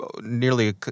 nearly